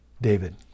David